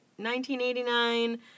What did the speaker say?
1989